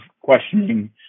questioning